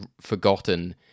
forgotten